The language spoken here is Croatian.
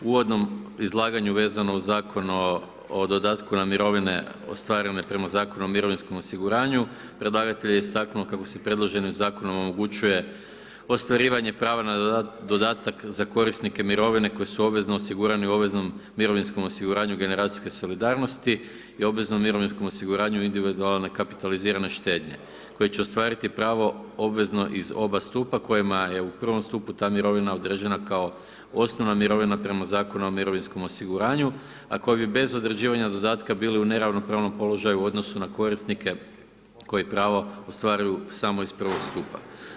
U uvodnom izlaganju vezano uz Zakon o dodatku na mirovine ostvarene prema Zakonu o mirovinskom osiguranju, predlagatelj je istaknuo kako se predložene Zakonom omogućuje ostvarivanje prava na dodatak za korisnike mirovine koji su obvezno osigurani u obveznom mirovinskom osiguranju generacijske solidarnosti i obveznom mirovinskom osiguranju individualne kapitalizirane štednje, koji će ostvariti pravo obvezno iz oba stupa, kojima je u prvom stupu ta mirovina određena kao osnovna mirovina prema Zakonu o mirovinskom osiguranju, a koja bi bez određivanja dodatka bili u neravnopravnom položaju u odnosu na korisnike koji pravo ostvaruju samo iz prvog stupa.